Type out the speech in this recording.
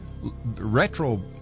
retro